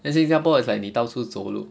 then 新加坡 is like 你到处走路